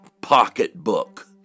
pocketbook